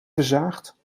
verzaagt